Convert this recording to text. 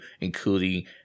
including